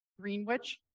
Greenwich